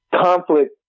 conflict